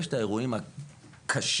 ויש האירועים הקשים,